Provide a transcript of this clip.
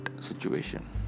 situation